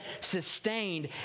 sustained